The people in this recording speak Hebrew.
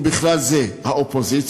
ובכלל זה האופוזיציה,